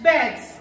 Beds